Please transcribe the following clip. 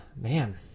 man